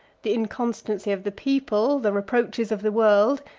the inconstancy of the people the reproaches of the world,